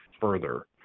further